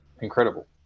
incredible